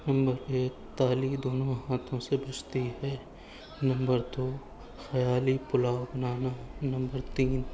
number ایک تالی دونوں ہاتھوں سے بجتی ہے نمبر دو خیالی پلاؤ بنانا نمبر تین